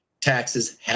taxes